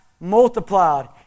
multiplied